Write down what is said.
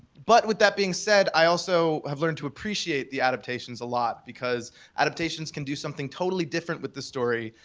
but with that being said, i also have learned to appreciate the adaptations a lot, because adaptations can do something totally different with the story.